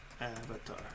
avatar